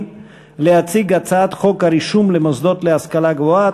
להציג את הצעת חוק הרישום למוסדות להשכלה גבוהה,